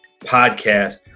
podcast